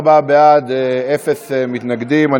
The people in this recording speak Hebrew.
34 בעד, אפס מתנגדים.